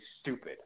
stupid